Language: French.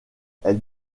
elle